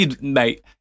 Mate